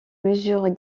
mesure